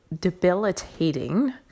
debilitating